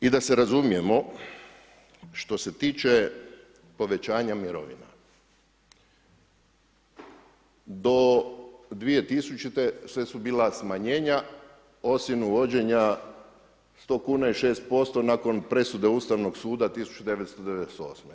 I da se razumijemo, što se tiče povećanja mirovina, do 2000. sve su bila smanjenja osim uvođenja 100 kuna i 6% nakon presude Ustavnog suda 1998.